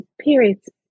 periods